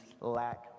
lack